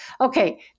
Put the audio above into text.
Okay